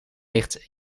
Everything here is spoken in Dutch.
ligt